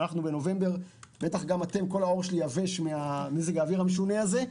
אנחנו בנובמבר וכל העור שלי יבש ממזג האוויר המשונה הזה,